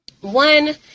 one –